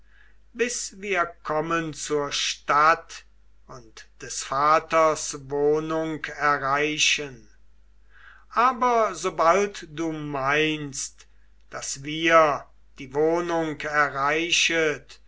bis wir kommen zur stadt und des vaters wohnung erreichen aber sobald du meinst daß wir die wohnung erreichet